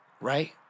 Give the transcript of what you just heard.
right